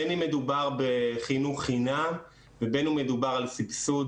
בין אם מדובר בחינוך חינם ובין אם מדובר על סבסוד